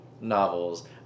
novels